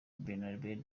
bernabe